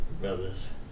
brothers